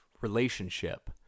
relationship